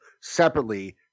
separately